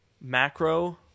Macro